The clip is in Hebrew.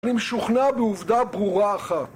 אני משוכנע בעובדה ברורה אחת